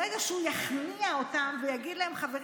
ברגע שהוא יכניע אותם ויגיד להם: חברים,